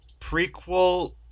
prequel